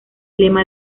lema